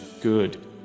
good